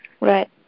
Right